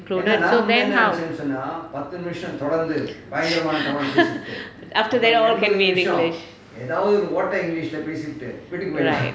included so them how after that all can be in english right